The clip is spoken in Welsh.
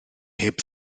heb